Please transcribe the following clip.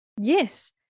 Yes